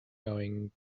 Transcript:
going